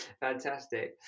Fantastic